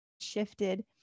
shifted